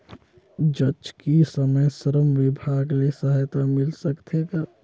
जचकी समय श्रम विभाग ले सहायता मिल सकथे का?